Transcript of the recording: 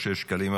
אושר שקלים,